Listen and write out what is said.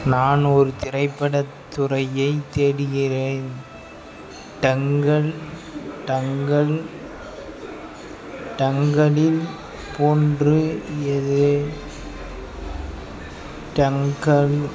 நான் ஒரு திரைப்படத்துறையைத் தேடுகிறேன் தங்கல் தங்கல் தங்கலில் போன்று எது தங்கல்